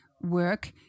work